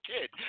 kid